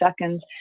seconds